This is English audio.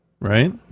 right